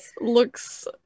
looks